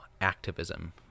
activism